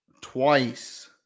twice